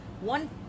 one